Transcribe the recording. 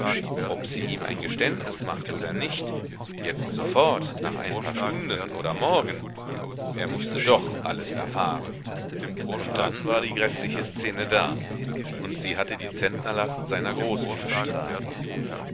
ob sie ihm ein geständnis machte oder nicht jetzt sofort nach ein paar stunden oder morgen er mußte doch alles erfahren und dann war die gräßliche szene da und sie hatte die zentnerlast seiner großmut zu tragen